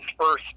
first